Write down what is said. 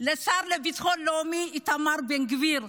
לשר לביטחון לאומי איתמר בן גביר.